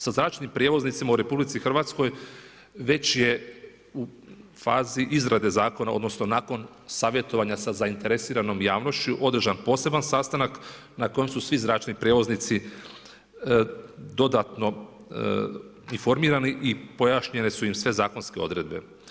Sa zračnim prijevoznicima u RH već je u fazi izrade zakona, odnosno, nakon savjetovanja sa zainteresiranom javnošću održan poseban sastanak na kojem su svi zračni prijevoznici dodatno informirani i pojašnjeni su im sve zakonske odredbe.